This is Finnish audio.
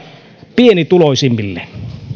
pienituloisimmille